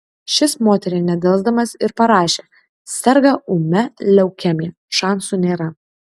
šis moteriai nedelsdamas ir parašė serga ūmia leukemija šansų nėra